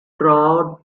crowd